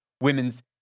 women's